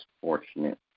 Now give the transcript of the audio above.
fortunate